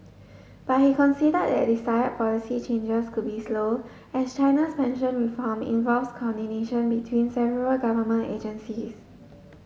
but he conceded that desire policy changes could be slow as China's pension reform involves coordination between several government agencies